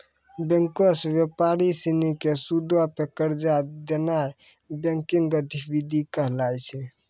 बैंको से व्यापारी सिनी के सूदो पे कर्जा देनाय बैंकिंग गतिविधि कहाबै छै